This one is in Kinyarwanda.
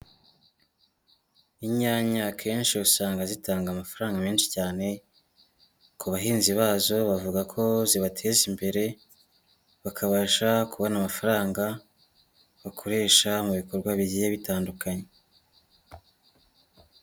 Inyanya akenshi usanga zitanga amafaranga menshi cyane, ku bahinzi bazo bavuga ko zibateza imbere, bakabasha kubona amafaranga, bakoresha mu bikorwa bigiye bitandukanye.